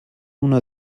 una